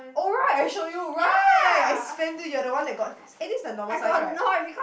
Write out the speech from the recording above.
oh right I show you right you're the one that got eh this the normal size right